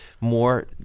more